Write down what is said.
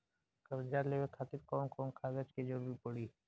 कर्जा लेवे खातिर कौन कौन कागज के जरूरी पड़ी?